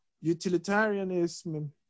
utilitarianism